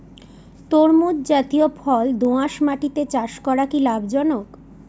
তরমুজ জাতিয় ফল দোঁয়াশ মাটিতে চাষ করা কি লাভজনক?